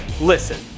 Listen